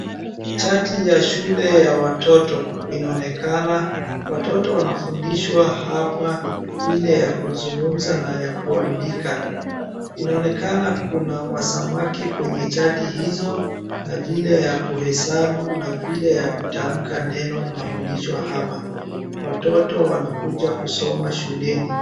Chati ya shule ya watoto inaonekana. Watoto wanafundishwa hapa vile ya kuzungumza na kuandika. Inaonekana kuna masamaki kwenye chati hizo na vile ya kuhesabu na vile ya kutamka neno inafundishwa hapa. Watoto wanakuja kusoma shuleni.